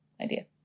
idea